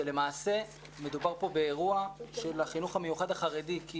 שלמעשה מדובר פה באירוע של החינוך המיוחד החרדי,